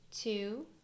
two